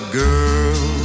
girl